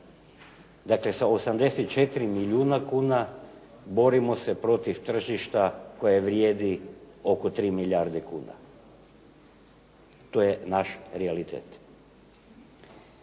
Dakle, sa 84 milijuna kuna borimo se protiv tržišta koje vrijedi oko 3 milijarde kuna, to je naš realitet.